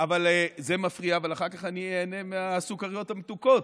אבל אחר כך אני איהנה מהסוכריות המתוקות,